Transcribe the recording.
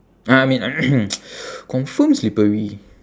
uh I mean confirm slippery